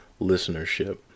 listenership